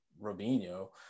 robinho